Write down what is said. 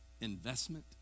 investment